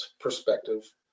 perspective